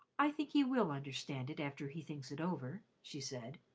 i think he will understand it after he thinks it over, she said.